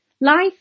Life